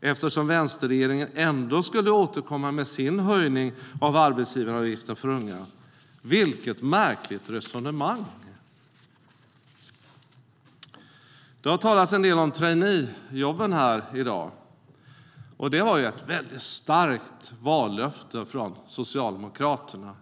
eftersom vänsterregeringen ändå skulle återkomma med sin höjning av arbetsgivaravgiften för unga. Vilket märkligt resonemang! Det har talats en del om traineejobb i dag. Det var ett av de starkaste vallöftena från Socialdemokraterna.